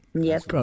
Yes